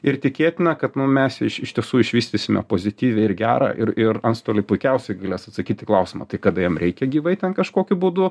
ir tikėtina kad nu mes iš iš tiesų išvystysime pozityvią ir gerą ir ir antstoliai puikiausiai galės atsakyt į klausimą tai kada jam reikia gyvai ten kažkokiu būdu